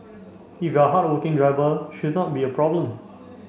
if you're a hardworking driver should not be a problem